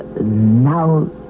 Now